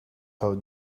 how